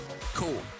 Cool